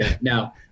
Now